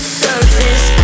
surface